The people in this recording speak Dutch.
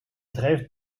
drijft